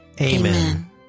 Amen